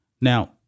Now